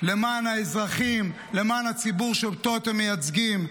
למען האזרחים, למען הציבור שאותו אתם מייצגים,